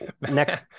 Next